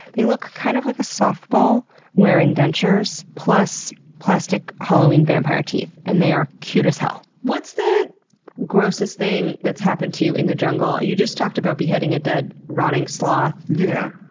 they look kind of like a softball wearing dentures, plus plastic halloween vampire teeth and they are cute as hell. what's the grossest thing that's happened to you in the jungle? you just talked about beheading a dead, rotting sloth, yeah